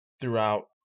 throughout